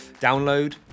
download